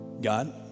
God